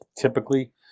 typically